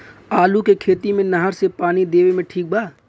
आलू के खेती मे नहर से पानी देवे मे ठीक बा?